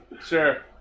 sure